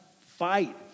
fight